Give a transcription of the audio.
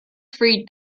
free